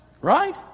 Right